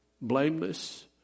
blameless